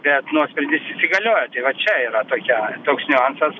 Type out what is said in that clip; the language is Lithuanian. bet nuosprendis įsigaliojo tai vat čia yra tokia toks niuansas